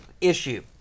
issue